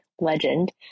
legend